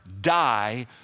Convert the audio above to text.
die